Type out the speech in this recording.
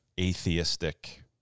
atheistic